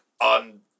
on